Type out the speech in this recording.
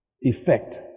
effect